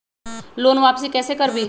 Loan वापसी कैसे करबी?